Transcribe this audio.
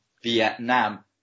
Vietnam